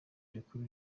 rikuru